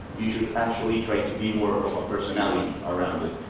you should actually try to be more of a personality around it.